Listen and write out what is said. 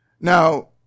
Now